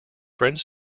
friends